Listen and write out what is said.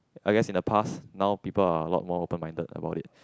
I guess in the past now people are a lot more open minded about it